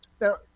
Now